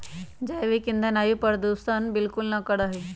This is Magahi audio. जैविक ईंधन वायु प्रदूषण बिलकुल ना करा हई